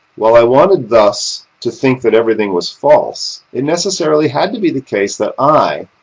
while i wanted thus to think that everything was false, it necessarily had to be the case that i,